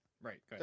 Right